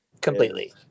Completely